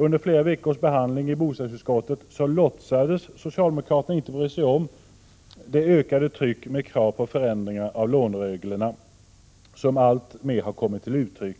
Under flera veckors behandling i bostadsutskottet låtsades socialdemoraterna inte bry sig om det ökade tryck med krav på förändringar av lånereglerna som alltmer har kommit till uttryck